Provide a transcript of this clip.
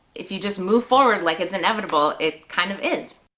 if you just move forward like it's inevitable, it kind of is.